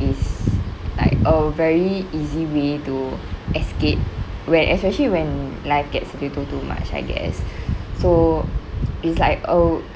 is like a very easy way to escape where especially when life gets a little too much I guess so it's like oh